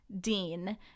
Dean